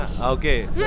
Okay